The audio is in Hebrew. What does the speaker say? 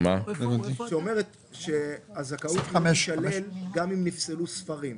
זה אומר שהזכאות תישלל גם אם נפסלו ספרים.